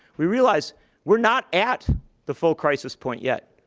we realize we're not at the full crisis point yet.